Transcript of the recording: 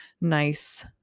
nice